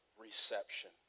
reception